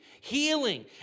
healing